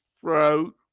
throat